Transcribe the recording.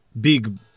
Big